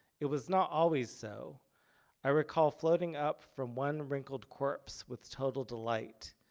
it was not always so i recall floating up from one wrinkled corpse with total delight.